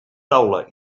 taula